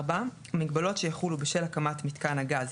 (4)מגבלות שיחולו בשל הקמת מיתקן הגז,